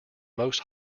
most